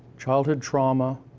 childhood trauma,